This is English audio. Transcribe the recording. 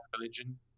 religion